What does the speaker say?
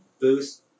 boost